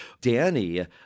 Danny